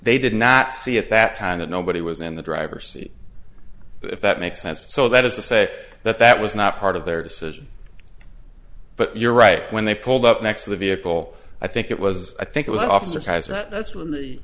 they did not see at that time that nobody was in the driver see if that makes sense so that is to say that that was not part of their decision but you're right when they pulled up next to the vehicle i think it was i think it was an officer has that